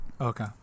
okay